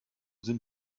sind